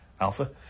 Alpha